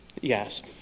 yes